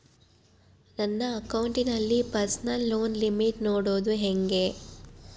ನನ್ನ ಅಕೌಂಟಿನಲ್ಲಿ personal loan limit ನೋಡದು ಹೆಂಗೆ?